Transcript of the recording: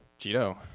Cheeto